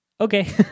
okay